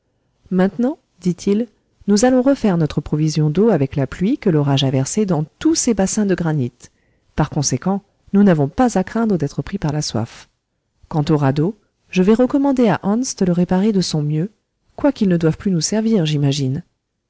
maintenant dit-il nous allons refaire notre provision d'eau avec la pluie que l'orage a versée dans tous ces bassins de granit par conséquent nous n'avons pas à craindre d'être pris par la soif quant au radeau je vais recommander à hans de le réparer de son mieux quoiqu'il ne doive plus nous servir j'imagine